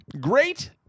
great